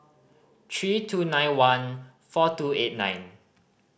three two nine one four two eight nine